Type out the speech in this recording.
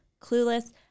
clueless